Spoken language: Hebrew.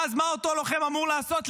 ואז מה אותו לוחם אמור לעשות?